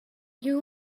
you